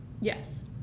Yes